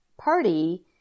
Party